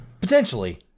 potentially